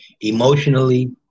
Emotionally